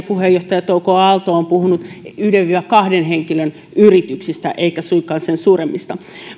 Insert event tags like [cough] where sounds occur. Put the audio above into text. [unintelligible] puheenjohtaja touko aalto on puhunut yhden viiva kahden henkilön yrityksistä eikä suinkaan sen suuremmista